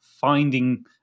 finding